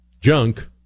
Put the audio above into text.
junk